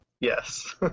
Yes